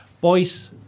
Boys